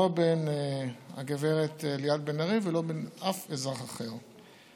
לא בין הגברת ליאת בן-ארי ובין אף אזרח אחר.